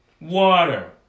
water